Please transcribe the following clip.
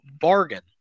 bargain